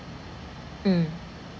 mm